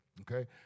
Okay